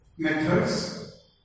Methods